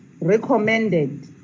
recommended